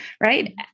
right